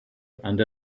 and